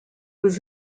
was